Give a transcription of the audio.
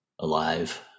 alive